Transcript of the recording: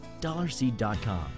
DollarSeed.com